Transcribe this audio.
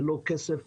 ללא כסף,